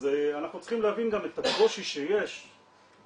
אז אנחנו צריכים להבין גם את הקושי שיש לממשלה,